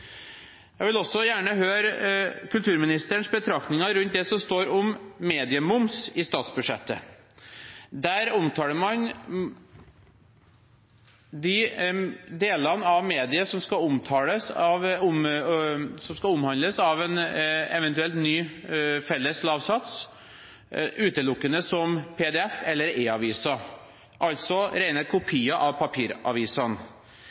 Jeg vil også gjerne høre kulturministerens betraktninger rundt det som står om mediemoms i statsbudsjettet. Der omtaler man de delene av mediene som skal omfattes av en eventuelt ny felles lav sats utelukkende som pdf- eller e-aviser, altså